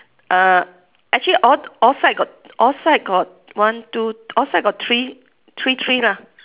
uh actually all all side got all side got one two all side got three three three lah